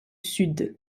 sud